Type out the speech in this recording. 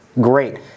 Great